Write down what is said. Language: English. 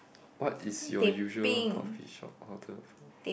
what is your usual coffee shop order